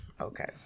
okay